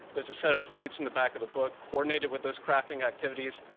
there's a set of plates in the back of the book coordinated with those crafting activities.